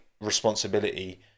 responsibility